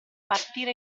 partire